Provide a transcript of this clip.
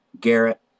Garrett